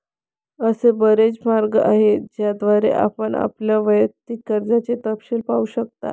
असे बरेच मार्ग आहेत ज्याद्वारे आपण आपल्या वैयक्तिक कर्जाचे तपशील पाहू शकता